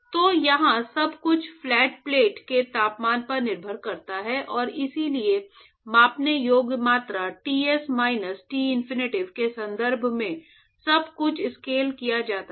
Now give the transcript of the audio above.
तो यहां सब कुछ फ्लैट प्लेट के तापमान पर निर्भर करता है और इसलिए मापने योग्य मात्रा Ts माइनस टिनफिनिटी के संबंध में सब कुछ स्केल किया जाता है